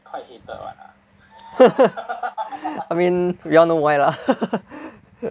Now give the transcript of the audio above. I mean we all know why lah